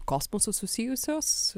kosmosu susijusios